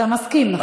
אתה מסכים, נכון?